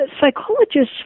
psychologists